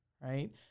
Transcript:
right